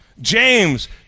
James